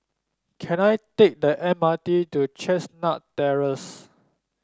can I take the M R T to Chestnut Terrace